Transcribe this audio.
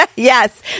Yes